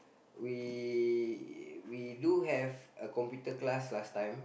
we we do have a computer class last time